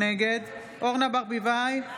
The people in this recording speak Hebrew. נגד אורנה ברביבאי,